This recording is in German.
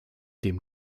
dem